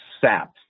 saps